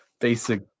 basic